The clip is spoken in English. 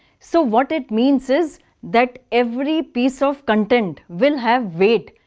so what it means is that every piece of content will have weight.